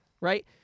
Right